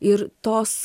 ir tos